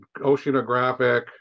Oceanographic